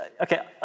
Okay